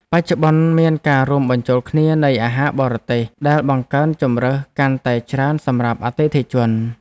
បច្ចុប្បន្នមានការរួមបញ្ចូលគ្នានៃអាហារបរទេស ដែលបង្កើនជម្រើសកាន់តែច្រើនសម្រាប់អតិថិជន។